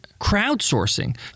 crowdsourcing